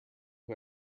who